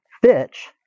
Fitch